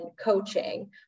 coaching